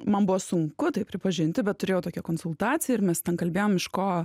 man buvo sunku tai pripažinti bet turėjau tokią konsultaciją ir mes ten kalbėjom iš ko